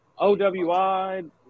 Owi